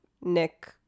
Nick